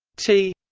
t